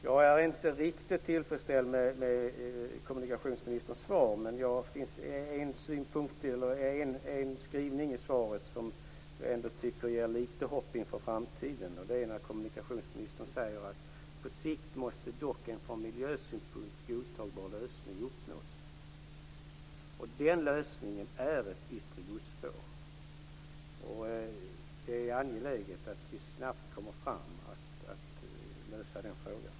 Jag är inte riktigt till freds med kommunikationsministerns svar, men det är en skrivning i svaret som jag tycker ändå ger litet hopp inför framtiden. Det är när kommunikationsministern säger: På sikt måste dock en från miljösynpunkt godtagbar lösning uppnås. Den lösningen är ett yttre godsspår. Det är angeläget att vi snabbt når resultat i den frågan.